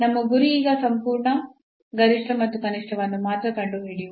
ನಮ್ಮ ಗುರಿ ಈಗ ಸಂಪೂರ್ಣ ಗರಿಷ್ಠ ಮತ್ತು ಕನಿಷ್ಠವನ್ನು ಮಾತ್ರ ಕಂಡುಹಿಡಿಯುವುದು